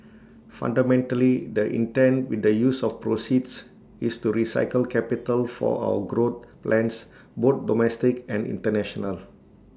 fundamentally the intent with the use of proceeds is to recycle capital for our growth plans both domestic and International